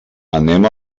anem